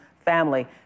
family